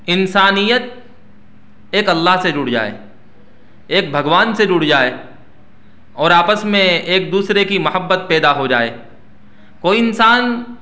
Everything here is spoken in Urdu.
انسانیت ایک اللہ سے جڑ جائے ایک بھگوان سے جڑ جائے اور آپس میں ایک دوسرے کی محبت پیدا ہو جائے کوئی انسان